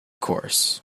course